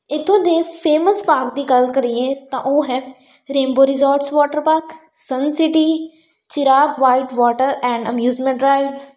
ਇੱਥੋਂ ਦੇ famous park ਦੀ ਗੱਲ ਕਰੀਏ ਤਾਂ ਉਹ ਹੈ Rainbow resorts water park Suncity Chirag white water and amusement rides